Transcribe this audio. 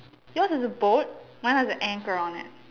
yours is a boat mine has an anchor on it